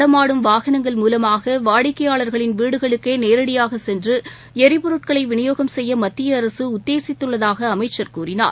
நடமாடும் வாகனங்கள் மூலமாக வாடிக்கையாளர்களின் வீடுகளுக்கே நேரடியாக சென்று எரிபொருட்களை விநியோகம் செய்ய மத்திய அரசு உத்தேசித்துள்ளதாக அமைச்சர் கூறினார்